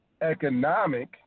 economic